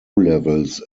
levels